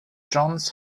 johns